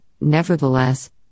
nevertheless